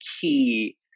key